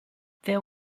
there